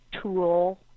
tool